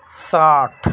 ساٹھ